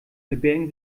verbergen